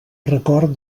record